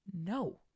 No